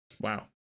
Wow